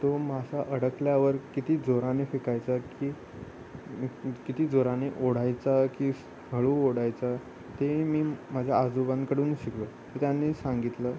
तो मासा अडकल्यावर किती जोराने फेकायचा की किती जोराने ओढायचा की हळू ओढायचा ते मी माझ्या आजोबांकडून शिकलो त्यांनी सांगितलं